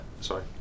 Sorry